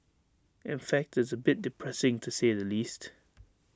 in fact it's A bit depressing to say at the least